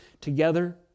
together